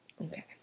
Okay